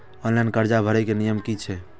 Online कर्जा भरे के नियम की छे?